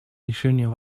решением